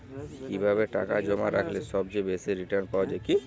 কিভাবে টাকা জমা রাখলে সবচেয়ে বেশি রির্টান পাওয়া য়ায়?